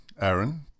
Aaron